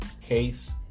case